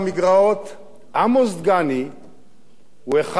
עמוס דגני הוא אחר מיחידי סגולה